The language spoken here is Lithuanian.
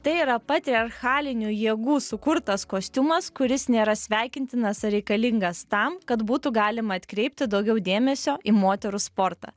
tai yra patriarchalinių jėgų sukurtas kostiumas kuris nėra sveikintinas ir reikalingas tam kad būtų galima atkreipti daugiau dėmesio į moterų sportą